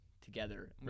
together